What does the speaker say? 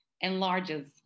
enlarges